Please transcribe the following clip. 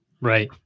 Right